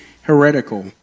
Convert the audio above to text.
heretical